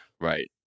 Right